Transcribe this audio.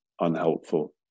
unhelpful